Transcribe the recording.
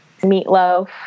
meatloaf